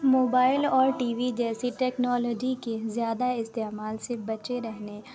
mobile اور TV جیسی technology کے زیادہ استعمال سے بچے رہنے